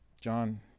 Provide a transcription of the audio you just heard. john